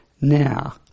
now